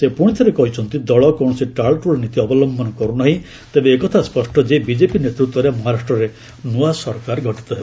ସେ ପୁଣିଥରେ କହିଛନ୍ତି ଦଳ କୌଣସି ଟାଳଟୁଳ ନୀତି ଅବଲମ୍ଭନ କରୁନାହିଁ ତେବେ ଏକଥା ସ୍ୱଷ୍ଟ ଯେ ବିଜେପି ନେତୃତ୍ୱରେ ମହାରାଷ୍ଟ୍ରରେ ନ୍ତଆ ସରକାର ଗଠିତ ହେବ